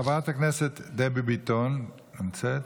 חברת הכנסת דבי ביטון, נמצאת?